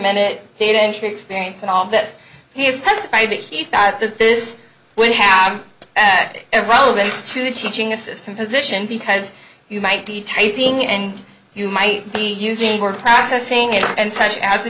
minute data entry experience and all that he has testified that he thought that this would have relevance to the teaching assistant position because you might be typing and you might be using or practicing it and such as a